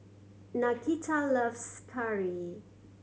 Nakita loves curry